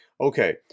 Okay